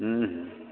हुँ हुँ